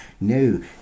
no